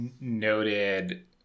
Noted